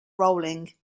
rolling